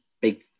big